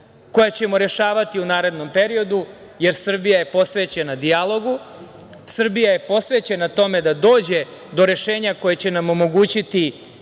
koja ćemo rešavati u narednom periodu, jer Srbija je posvećena dijalogu, Srbija je posvećena tome da dođe do rešenja koje će nam omogućiti